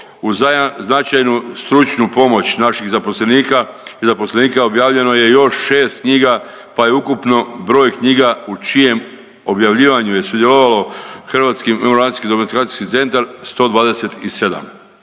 uz značajnu stručnu pomoć naših zaposlenika objavljeno je još 6 knjiga, pa je ukupno broj knjiga u čijem objavljivanju je sudjelovalo Hrvatski memoracijski …/Govornik se ne